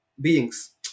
beings